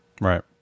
Right